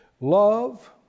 love